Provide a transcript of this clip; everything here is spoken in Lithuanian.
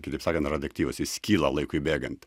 kitaip sakant radioaktyvus jis skyla laikui bėgant